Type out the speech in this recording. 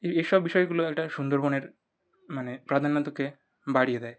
এই এইসব বিষয়গুলো একটা সুন্দরবনের মানে প্রাধান্যতাকে বাড়িয়ে দেয়